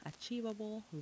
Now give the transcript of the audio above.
achievable